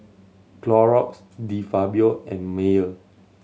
Clorox De Fabio and Mayer